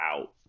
out